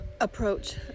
approach